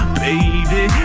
baby